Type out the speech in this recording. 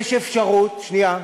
יש אפשרות, מיני,